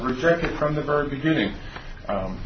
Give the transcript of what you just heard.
rejected from the very beginning